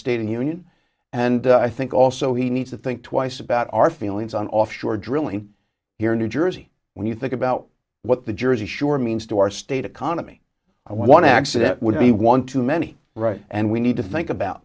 the union and i think also he needs to think twice about our feelings on offshore drilling here in new jersey when you think about what the jersey shore means to our state economy i want to actually that would be one too many right and we need to think about